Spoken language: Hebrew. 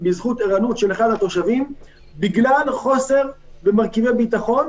בזכות ערנות של אחד התושבים בגלל חוסר במרכיבי ביטחון.